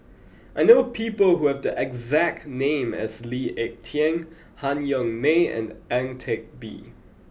I know people who have the exact name as Lee Ek Tieng Han Yong May and Ang Teck Bee